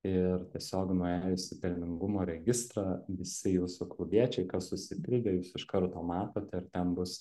ir tiesiog nuėjus į pelningumo registrą visi jūsų klubiečiai kas susipildė jūs iš karto matote ir ten bus